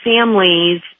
families